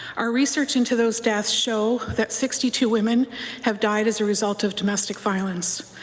our research into those deaths show that sixty two women have died as a result of domestic violence.